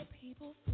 people